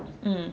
mm